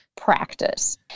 practice